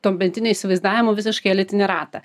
tuometiniu įsivaizdavimu visiškai elitinį ratą